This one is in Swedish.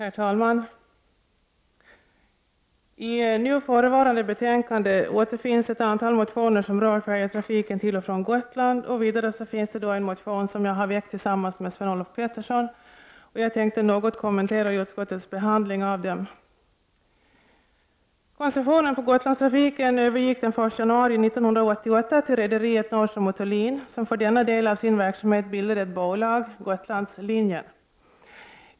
Herr talman! I nu förevarande betänkande återfinns ett antal motioner som rör färjetrafiken till och från Gotland. Vidare finns en motion som jag har väckt tillsammans med Sven-Olof Petersson. Jag tänkte något kommentera utskottets behandling av dem. Koncessionen på Gotlandstrafiken övergick den 1 januari 1988 till rederiet Nordström & Thulin, som för denna del av sin verksamhet bildade ett bolag, Gotlandslinjen.